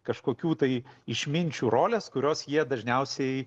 kažkokių tai išminčių rolės kurios jie dažniausiai